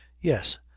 yes